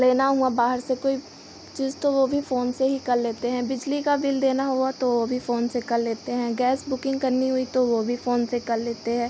लेना हुआ बाहर से कोई चीज़ तो वह भी फ़ोन से ही कर लेते हैं बिजली का बिल देना हुआ तो वह भी फ़ोन से कर लेते हैं गैस बुकिंग करनी हुई तो वह भी फ़ोन से कर लेते है